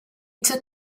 took